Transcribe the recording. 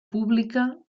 pública